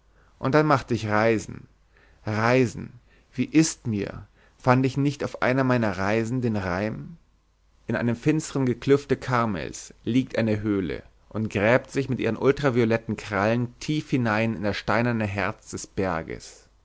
und dann machte ich reisen reisen wie ist mir fand ich nicht auf einer meiner reisen den reim in einem finsteren geklüfte karmels liegt eine höhle und gräbt sich mit ihren ultravioletten krallen tief hinein in das steinerne herz des berges